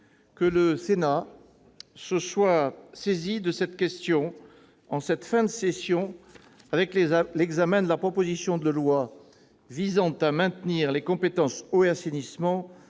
que le Sénat se soit saisi de la présente question en cette fin de session, avec l'examen de la proposition de loi visant à maintenir les compétences « eau » et « assainissement